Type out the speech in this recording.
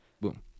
Boom